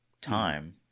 time